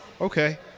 okay